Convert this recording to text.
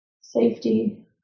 Safety